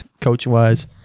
Coach-wise